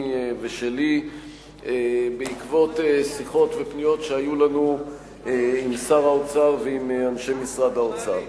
ושלי בעקבות פניות ושיחות שהיו לנו עם שר האוצר ועם אנשי משרד האוצר.